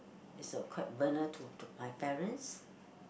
is a quite burden to to my parents